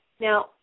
Now